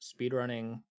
speedrunning